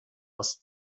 aus